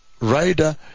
rider